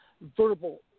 verbal